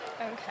Okay